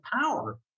power